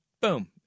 Boom